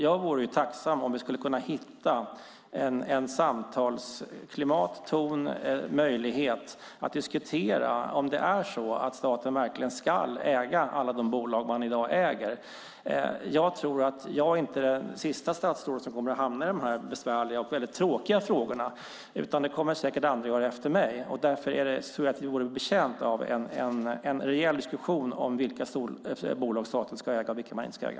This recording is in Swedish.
Jag vore tacksam om vi kunde hitta ett samtalsklimat, en ton eller en möjlighet att diskutera om det är så att staten verkligen ska äga alla de bolag man i dag äger. Jag tror inte att jag är det sista statsrådet som kommer att hamna i de här besvärliga och väldigt tråkiga frågorna, utan det kommer säkert andra att göra efter mig. Därför tror jag att vi vore betjänta av en rejäl diskussion om vilka bolag staten ska äga och vilka man inte ska äga.